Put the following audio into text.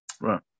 Right